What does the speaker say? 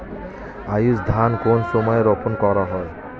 আউশ ধান কোন সময়ে রোপন করা হয়?